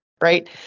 Right